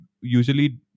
usually